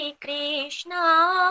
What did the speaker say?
krishna